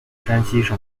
山西省